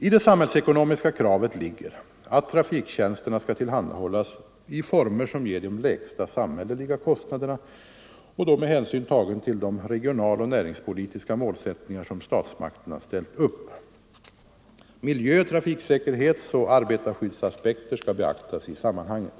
I det samhällsekonomiska kravet ligger att trafiktjänsterna skall tillhandahållas i former som ger de lägsta samhälleliga kostnaderna och då med hänsyn tagen till de regionaloch näringspolitiska målsättningar som statsmakterna ställt upp. Miljö-, trafiksäkerhetsoch arbetarskydds Nr 128 aspekter skall beaktas i sammanhanget.